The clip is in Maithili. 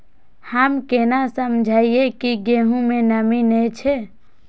हम केना समझये की गेहूं में नमी ने छे?